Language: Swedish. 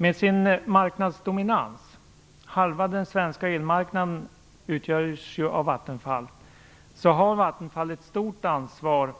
Med sin marknadsdominans - halva den svenska elmarknaden utgörs av Vattenfall - har Vattenfall ett stort ansvar